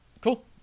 cool